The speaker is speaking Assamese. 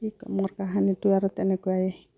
এতিয়া মোৰ কাহিনীটো আৰু তেনেকুৱাই